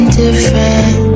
different